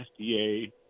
FDA